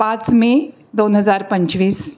पाच मे दोन हजार पंचवीस